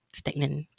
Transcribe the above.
stagnant